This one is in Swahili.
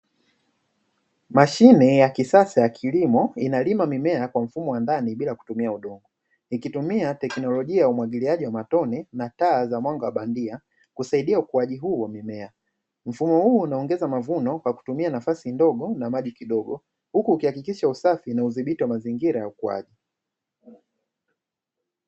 Mashine ya kisasa ya kilimo inalima mimea kwa mfumo wa ndani bila kutumia udongo, ikitumia teknolojia ya umwagiliaji wa matone na taa za mwanga wa bandia kusaidia ukuaji huo wa mimea. Mfumo huu unaongeza mavuno kwa kutumia nafasi ndogo na maji kidogo huku ukiakikisha usafi na udhibiti wa mazingira ukuaji.